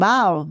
Wow